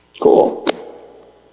Cool